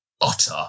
utter